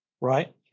Right